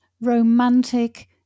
romantic